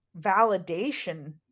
validation